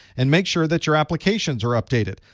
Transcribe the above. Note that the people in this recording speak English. and make sure that your applications are updated.